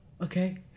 okay